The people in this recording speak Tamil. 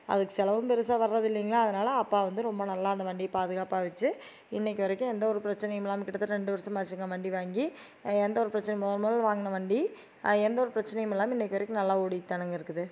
அதுக்கு செலவும் பெருசாக வர்றதில்லைங்களா அதனால அப்பா வந்து ரொம்ப நல்லா அந்த வண்டியை பாதுகாப்பாக வச்சு இன்றைக்கு வரைக்கும் எந்த ஒரு பிரச்சனையும் இல்லாமல் கிட்டத்தட்ட ரெண்டு வருஷம் ஆச்சுங்க வண்டி வாங்கி எந்த ஒரு பிரச்சனையும் முதல் முதல்ல வாங்கின வண்டி அது எந்த ஒரு பிரச்சனையும் இல்லாமல் இன்றைக்கு வரைக்கும் நல்லா ஓடிகிட்டு தானுங்க இருக்குது